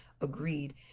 agreed